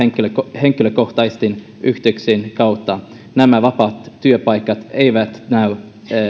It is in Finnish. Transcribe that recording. henkilökohtaisten yhteyksien kautta nämä vapaat työpaikat eivät näy